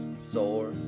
Sore